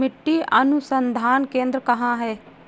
मिट्टी अनुसंधान केंद्र कहाँ है?